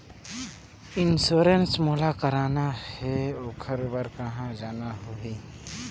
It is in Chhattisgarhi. इंश्योरेंस मोला कराना हे ओकर बार कहा जाना होही?